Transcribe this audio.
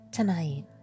Tonight